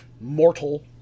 mortal